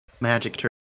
magic